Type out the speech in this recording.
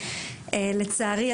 לצערי,